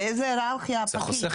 באיזו היררכיה הפקיד?